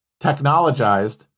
technologized